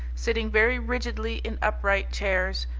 sitting very rigidly in upright chairs,